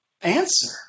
answer